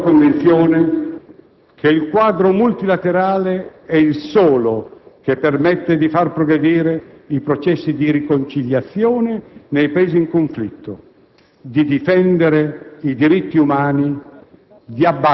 della Costituzione, che si basa sulla profonda convinzione che il quadro multilaterale è il solo che permette di far progredire i processi di riconciliazione nei Paesi in conflitto,